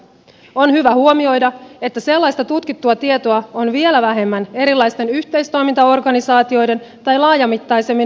on hyvä huomioida että sellaista tutkittua tietoa on vielä vähemmän erilaisten yhteistoiminta organisaatioiden tai laajamittaisemmin maakuntamallien osalta